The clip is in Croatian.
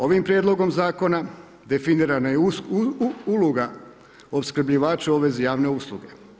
Ovim prijedlogom zakona definirana je uloga opskrbljivača u vezi javne usluge.